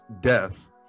death